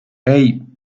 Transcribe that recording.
hey